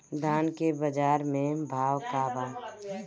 धान के बजार में भाव का बा